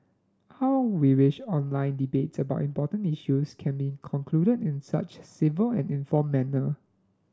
how we wish online debates about important issues can be concluded in such a civil and informed manner